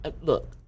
look